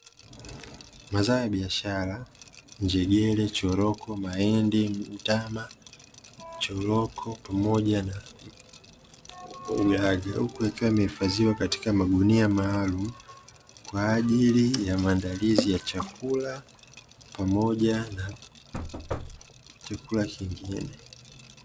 Mazao ya biashara njegere choroko mahindi mtama choroko pamoja na uwele, huku ikiwa yamehifadhiwa katika magunia maalumu kwa ajili ya maandalizi ya chakula pamoja na chakula kingine.